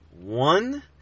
One